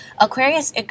Aquarius